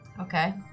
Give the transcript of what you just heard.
Okay